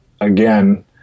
again